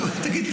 נו, תגיד לי.